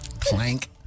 Plank